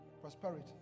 prosperity